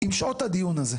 כי זה,